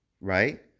right